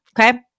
Okay